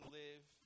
live